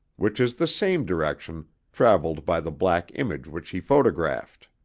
which is the same direction traveled by the black image which he photographed.